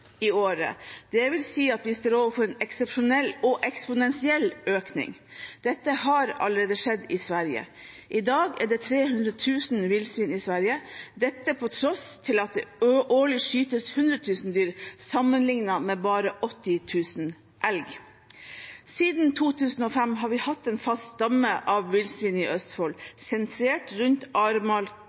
at vi står overfor en eksepsjonell og eksponentiell økning. Dette har allerede skjedd i Sverige. I dag er det 300 000 villsvin i Sverige – dette på tross av at det årlig skytes 100 000 dyr – sammenlignet med bare 80 000 elg. Siden 2005 har vi hatt en fast stamme av villsvin i Østfold sentrert rundt